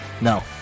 No